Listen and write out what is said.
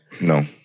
No